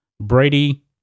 Brady